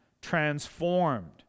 transformed